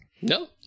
no